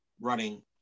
running